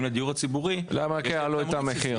לדיור הציבורי --- הם רק יעלו את המחיר,